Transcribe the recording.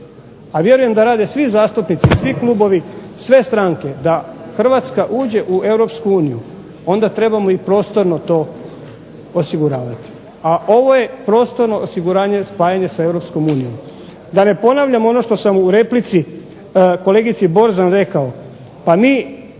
a vjerujem da rade svi zastupnici i svi klubovi, sve stranke da Hrvatska uđe u EU onda trebamo i prostorno to osiguravati. A ovo je prostorno osiguranje spajanje s EU. Da ne ponavljam ono što sam u replici kolegici Borzan rekao pa mi